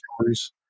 stories